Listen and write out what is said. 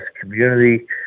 community